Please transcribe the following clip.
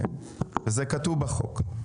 כן, וזה כתוב בחוק.